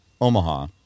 Omaha